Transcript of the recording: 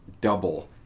double